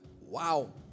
Wow